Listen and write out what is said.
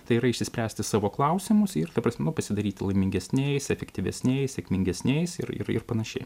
tai yra išsispręsti savo klausimus ir ta prasme pasidaryti laimingesniais efektyvesniais sėkmingesniais ir ir panašiai